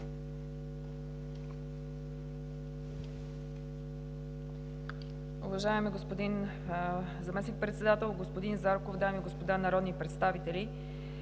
Уважаеми господин Заместник-председател, господин Зарков, дами и господа народни представители!